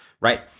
right